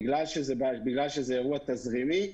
בגלל שזה אירוע תזרימי,